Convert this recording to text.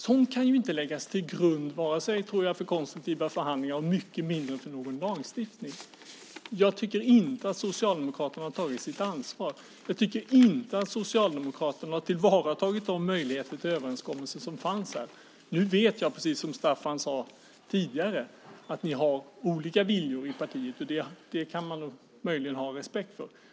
Sådant kan inte läggas till grund för konstruktiva förhandlingar och än mindre för någon lagstiftning. Jag tycker inte att Socialdemokraterna har tagit sitt ansvar. Jag tycker inte att Socialdemokraterna har tillvaratagit de möjligheter till överenskommelser som fanns. Nu vet jag, precis som Staffan Danielsson sade tidigare, att ni har olika viljor i partiet. Det kan man möjligen ha respekt för.